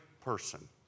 person